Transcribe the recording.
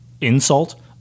insult